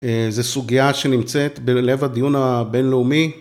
זה סוגיה שנמצאת בלב הדיון הבינלאומי.